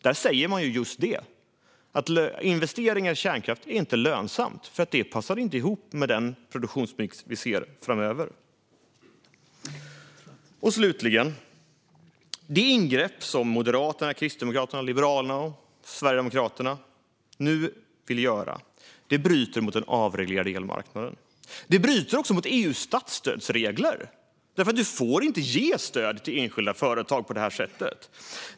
Där säger man just det: Investeringar i kärnkraft är inte lönsamt, för det passar inte ihop med den produktionsmix som vi ser framöver. Slutligen: Det ingrepp som Moderaterna, Kristdemokraterna, Liberalerna och Sverigedemokraterna nu vill göra bryter mot den avreglerade elmarknaden. Det bryter också mot EU:s statsstödsregler, för du får inte ge stöd till enskilda företag på det här sättet.